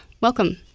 Welcome